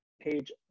Page